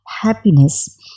happiness